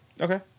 Okay